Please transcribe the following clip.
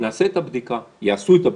נעשה את הבדיקה יעשו את הבדיקה,